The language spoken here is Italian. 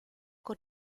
con